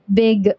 big